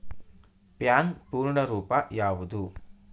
PAN ಪೂರ್ಣ ರೂಪ ಯಾವುದು?